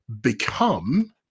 become